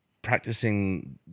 Practicing